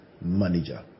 manager